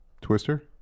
Twister